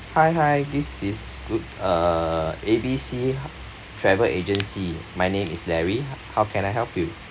hi hi this is good uh A B C travel agency my name is larry how can I help you